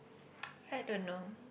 I don't know